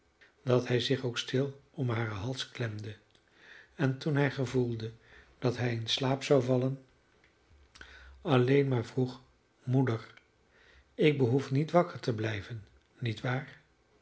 dat hij zich ook stil om haren hals klemde en toen hij voelde dat hij in slaap zou vallen alleen maar vroeg moeder ik behoef niet wakker te blijven niet waar